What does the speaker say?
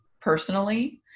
personally